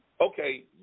Okay